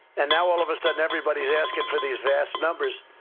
and now all of a sudden everybody's asking for these vast numbers.